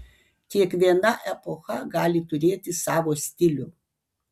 kiekviena epocha gali turėti savo stilių